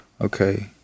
Okay